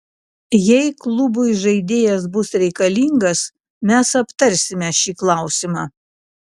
jei klubui žaidėjas bus reikalingas mes aptarsime šį klausimą